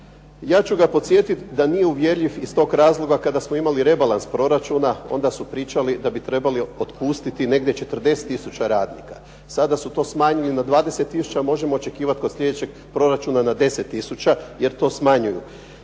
Ja ću vas podsjetiti da nije uvjerljiv iz toga razloga kada smo imali rebalans proračuna, onda su pričali da bi trebali otpustiti negdje 40 tisuća radnika. Sada su to smanjili na 20 tisuća, a možemo očekivati kod sljedećeg proračuna na 10 tisuća, jer to smanjuju.